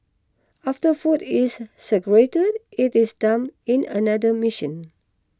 after food is segregated it is dumped in another machine